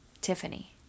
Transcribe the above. Tiffany